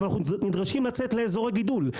אנחנו נדרשים לצאת לאזורי גידול,